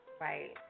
Right